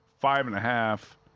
five-and-a-half